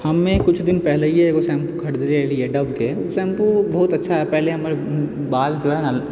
हमे किछु दिन पहलैए एगो शैम्पू खरीदले रहिए डोवके ओऽ शैम्पू बहुत अच्छा रहै पहले हमर बाल जो हइ ने